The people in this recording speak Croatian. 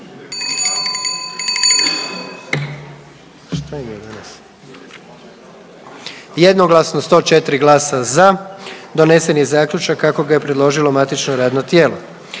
jednoglasno sa 112 glasova za donesen zaključak kako ga je predložilo matično radno tijelo.